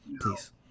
please